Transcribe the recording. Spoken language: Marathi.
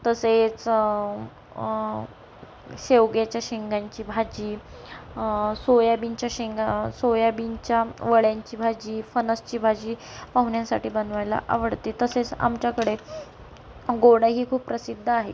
तसेच शेवग्याच्या शेंगांची भाजी सोयाबीनच्या शेंगा सोयाबीनच्या वड्यांची भाजी फणसची भाजी पाहुण्यांसाठी बनवायला आवडते तसेच आमच्याकडे गोडही खूप प्रसिद्ध आहे